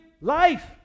life